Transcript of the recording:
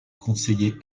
conseillers